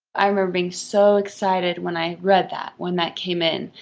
i remember being so excited when i read that when that came in.